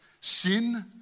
Sin